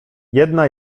jedna